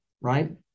right